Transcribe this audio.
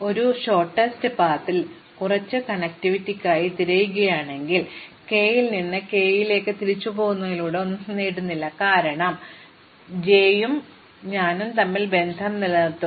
ഒരു ഹ്രസ്വ പാതയിലെന്നപോലെ ഞാൻ കുറച്ച് കണക്റ്റിവിറ്റിക്കായി തിരയുകയാണെങ്കിൽ k ൽ നിന്ന് k ലേക്ക് തിരിച്ചുപോകുന്നതിലൂടെ ഞാൻ ഒന്നും നേടുന്നില്ല കാരണം ഞാനും j ഉം തമ്മിൽ ബന്ധം നിലനിർത്തും